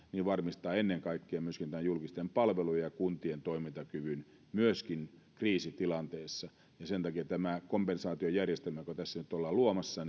varmistaa ennen kaikkea myöskin julkisten palvelujen ja kuntien toimintakyky myöskin kriisitilanteessa sen takia tämä kompensaatiojärjestelmä joka tässä nyt ollaan luomassa